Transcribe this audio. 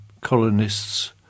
colonists